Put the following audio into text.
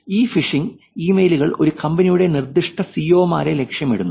ഈ ഫിഷിംഗ് ഇമെയിലുകൾ ഒരു കമ്പനിയുടെ നിർദ്ദിഷ്ട സിഇഒ മാരെ ലക്ഷ്യമിടുന്നു